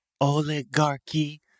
oligarchy